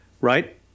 Right